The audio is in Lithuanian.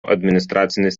administracinis